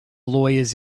lawyers